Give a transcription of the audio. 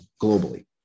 globally